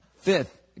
Fifth